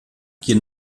quien